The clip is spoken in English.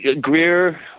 Greer